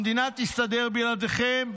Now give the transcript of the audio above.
המדינה תסתדר בלעדיכם,